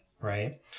right